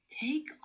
Take